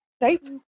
right